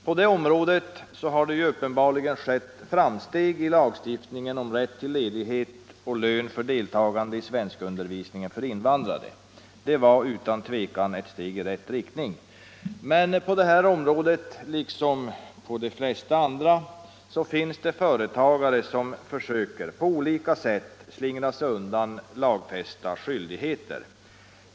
På det området har det uppenbarligen skett framsteg i och med lagstiftningen om rätt till ledighet och lön för deltagande i svenskundervisning för invandrare. Det var utan tvivel ett steg i rätt riktning. Men på det här området, liksom på de flesta andra, finns det företagare som försöker — på olika sätt — slingra sig undan lagfästa skyldigheter.